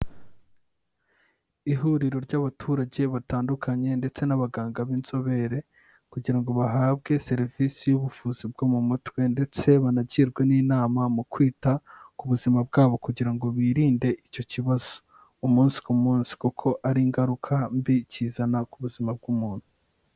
Ihuriro ry'abaturage batandukanye ndetse n'abaganga b'inzobere, kugira ngo bahabwe serivisi y'ubuvuzi bwo mu mutwe ndetse banagirwe n'inama, mu kwita ku buzima bwabo kugira ngo birinde icyo kibazo, umunsi ku munsi kuko ari ingaruka mbi, kizana ku buzima bw'umuntu.